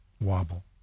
wobble